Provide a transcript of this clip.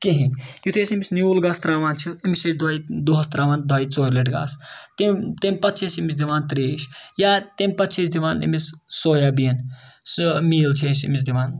کِہیٖنۍ یُتھُے أسۍ أمِس نیوٗل گاسہٕ ترٛاوان چھِ أمِس چھِ أسۍ دۄیہِ دۄہَس ترٛاوان دۄیہِ ژورِ لَٹہِ گاسہٕ تمہِ تمہِ پَتہٕ چھِ أسۍ أمِس دِوان ترٛیش یا تمہِ پَتہٕ چھِ أسۍ دِوان أمِس سویابیٖن سُہ میٖل چھِ أسۍ أمِس دِوان